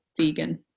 vegan